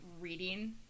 reading